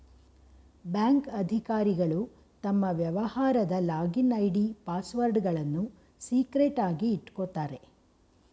bank ಅಧಿಕಾರಿಗಳು ತಮ್ಮ ವ್ಯವಹಾರದ ಲಾಗಿನ್ ಐ.ಡಿ, ಪಾಸ್ವರ್ಡ್ಗಳನ್ನು ಸೀಕ್ರೆಟ್ ಆಗಿ ಇಟ್ಕೋತಾರೆ